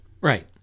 right